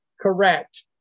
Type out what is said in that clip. correct